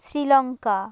Sri Lanka